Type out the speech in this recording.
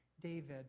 David